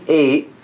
eight